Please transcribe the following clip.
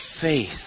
faith